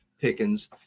pickens